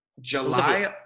July